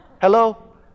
Hello